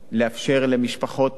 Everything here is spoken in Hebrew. לאפשר למשפחות,